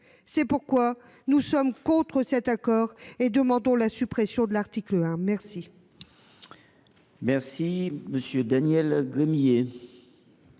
ces raisons, nous sommes contre cet accord et demandons la suppression de l’article 1. La